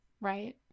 Right